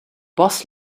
boss